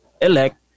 elect